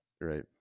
right